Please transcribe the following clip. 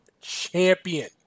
champion